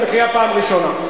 אתה בקריאה פעם ראשונה.